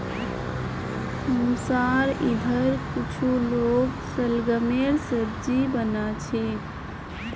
हमसार इधर कुछू लोग शलगमेर सब्जी बना छेक